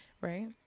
Right